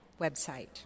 website